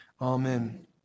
Amen